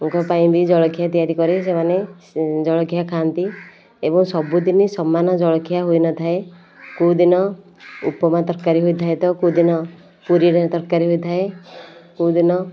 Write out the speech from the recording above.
ତାଙ୍କ ପାଇଁ ବି ଜଳଖିଆ ତିଆରି କରେ ସେମାନେ ଜଳଖିଆ ଖାଆନ୍ତି ଏବଂ ସବୁଦିନ ସମାନ ଜଳଖିଆ ହୋଇନଥାଏ କେଉଁଦିନ ଉପମା ତରକାରୀ ହୋଇଥାଏ ତ କେଉଁଦିନ ପୁରୀର ତରକାରୀ ହୋଇଥାଏ କେଉଁଦିନ